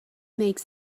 makes